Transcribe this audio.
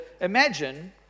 imagine